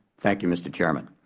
thank you, mr. chairman.